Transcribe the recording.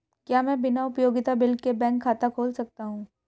क्या मैं बिना उपयोगिता बिल के बैंक खाता खोल सकता हूँ?